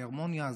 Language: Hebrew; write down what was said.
ההרמוניה הזו,